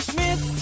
Smith